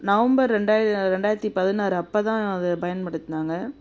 November ரெண்டா ரெண்டாயிரத்து பதினாறு அப்போ தான் அத பயன்படுத்தினாங்க